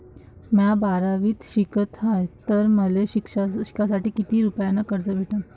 म्या बारावीत शिकत हाय तर मले शिकासाठी किती रुपयान कर्ज भेटन?